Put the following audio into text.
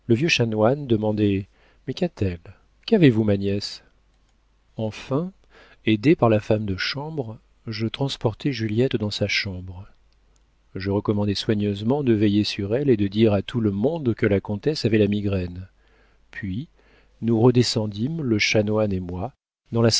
chanoine demandait mais qu'a-t-elle qu'avez-vous ma nièce enfin aidé par la femme de chambre je transportai juliette dans sa chambre je recommandai soigneusement de veiller sur elle et de dire à tout le monde que la comtesse avait la migraine puis nous redescendîmes le chanoine et moi dans la